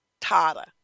Tata